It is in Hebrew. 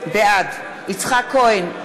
בעד יצחק כהן,